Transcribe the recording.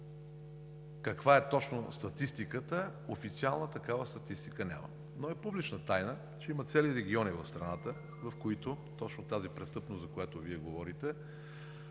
каква е точно статистиката? Официална такава статистика няма, но е публична тайна, че има цели региони в страната, в които точно тази престъпност, за която Вие говорите,